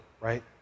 right